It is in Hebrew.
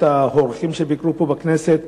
האורחים שביקרו פה בכנסת,